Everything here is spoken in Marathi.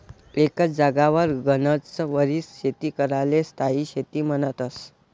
एकच जागावर गनच वरीस शेती कराले स्थायी शेती म्हन्तस